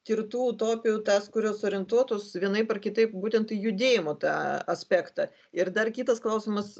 tirtų utopijų tas kurios orientuotos vienaip ar kitaip būtent į judėjimo tą aspektą ir dar kitas klausimas